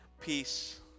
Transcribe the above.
peace